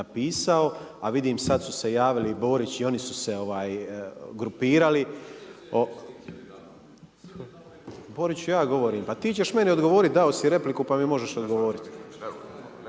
napisao, a vidim sad su se javili Borić i oni su se grupirali…/Upadica sa strane, ne razumije se./…Boriću ja govorim, pa ti ćeš meni odgovoriti, dao si repliku pa mi možeš odgovoriti…